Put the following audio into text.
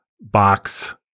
box